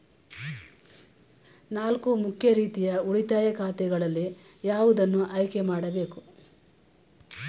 ನಾಲ್ಕು ಮುಖ್ಯ ರೀತಿಯ ಉಳಿತಾಯ ಖಾತೆಗಳಲ್ಲಿ ಯಾವುದನ್ನು ಆಯ್ಕೆ ಮಾಡಬೇಕು?